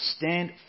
stand